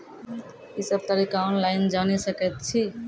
ई सब तरीका ऑनलाइन जानि सकैत छी?